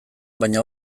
baina